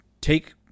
take